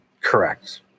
Correct